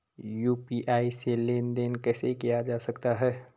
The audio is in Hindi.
यु.पी.आई से लेनदेन कैसे किया जा सकता है?